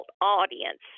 audience